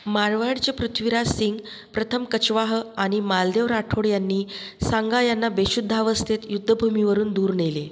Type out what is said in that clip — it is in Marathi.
माळवडचे पृथ्वीराज सिंग प्रथम कछवाह आणि मालदेव राठोड यांनी सांगा यांना बेशुद्ध अवस्थेत युद्धभूमीवरून दूर नेले